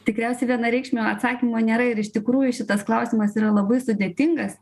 tikriausiai vienareikšmio atsakymo nėra ir iš tikrųjų šitas klausimas yra labai sudėtingas